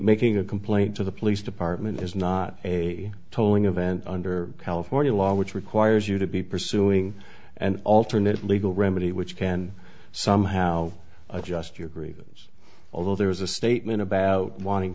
making a complaint to the police department is not a towing event under california law which requires you to be pursuing an alternate legal remedy which can somehow adjust your grievance although there was a statement about wanting